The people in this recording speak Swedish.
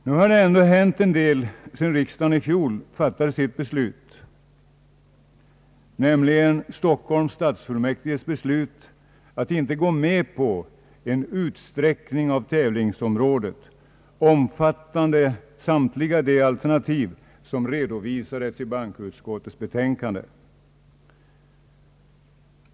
Nu har det ändå hänt en del sedan riksdagen i fjol fattade sitt beslut — Stockholms stadsfullmäktige har beslutat att inte gå med på en utsträckning av tävlingsområdet till att omfatta samtliga de alternativ som redovisades i bankoutskottets utlåtande.